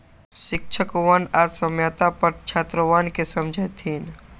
शिक्षकवन आज साम्यता पर छात्रवन के समझय थिन